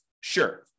Sure